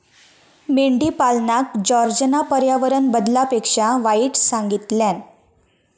मेंढीपालनका जॉर्जना पर्यावरण बदलापेक्षा वाईट सांगितल्यान